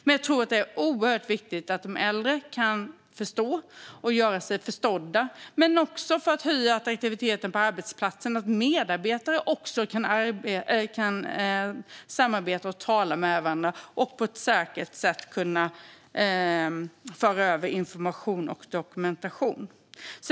Jag tror också att det är oerhört viktigt för att de äldre ska kunna förstå och göra sig förstådda, men också för att höja attraktiviteten för arbetsplatsen, att medarbetare kan samarbeta och tala med varandra och på ett säkert sätt föra över information och dokumentation.